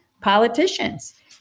politicians